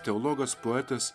teologas poetas